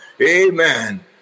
Amen